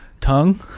tongue